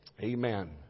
Amen